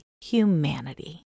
humanity